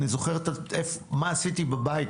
אני זוכר מה עשיתי בבית,